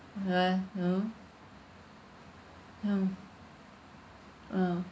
ya you know ya ah